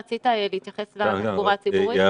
ח"כ אנדריי, רצית להתייחס לתחבורה הציבורית?